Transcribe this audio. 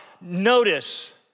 Notice